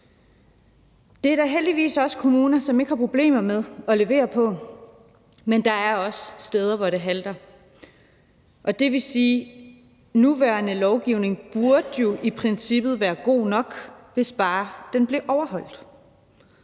Det er der heldigvis også kommuner som ikke har problemer med at levere på, men der er også steder, hvor det halter, og det vil sige, at den nuværende lovgivning i princippet burde være god nok, hvis bare den blev overholdt.